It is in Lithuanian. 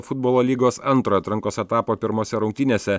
futbolo lygos antrojo atrankos etapo pirmose rungtynėse